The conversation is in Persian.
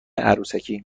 عروسکی